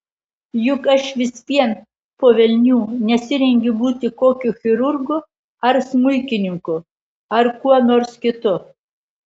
juk aš vis vien po velnių nesirengiu būti kokiu chirurgu ar smuikininku ar kuo nors kitu